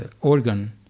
organ